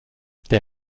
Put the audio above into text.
der